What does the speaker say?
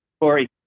Corey